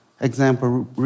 example